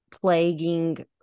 plaguing